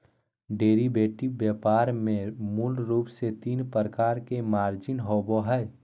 derivative व्यापार में मूल रूप से तीन प्रकार के मार्जिन होबो हइ